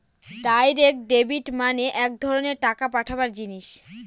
direct debit মানে এক ধরনের টাকা পাঠাবার জিনিস